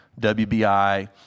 WBI